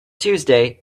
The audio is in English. tuesday